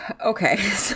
Okay